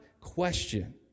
question